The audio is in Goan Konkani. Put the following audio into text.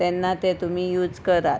तेन्ना ते तुमी यूज करात